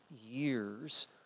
years